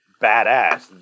badass